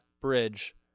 Bridge